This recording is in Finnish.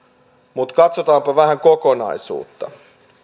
mutta katsotaanpa vähän kokonaisuutta